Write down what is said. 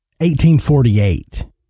1848